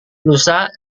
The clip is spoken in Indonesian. lusa